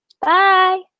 Bye